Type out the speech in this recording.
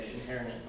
inherent